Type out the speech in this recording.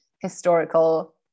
historical